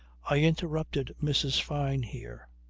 i interrupted mrs. fyne here.